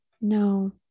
No